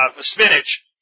spinach